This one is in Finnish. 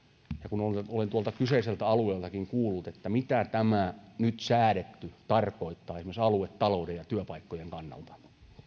kun olen tuolta kyseiseltäkin alueelta kuullut mitä tämä nyt säädetty tarkoittaa esimerkiksi aluetalouden ja työpaikkojen kannalta